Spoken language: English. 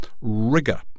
rigor